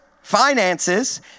finances